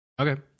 Okay